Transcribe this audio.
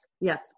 yes